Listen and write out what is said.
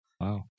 Wow